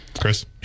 Chris